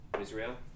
Israel